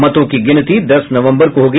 मतों की गिनती दस नवंबर को होगी